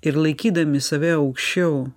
ir laikydami save aukščiau